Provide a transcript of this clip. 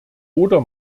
oder